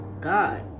God